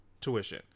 tuition